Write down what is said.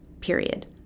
Period